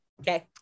Okay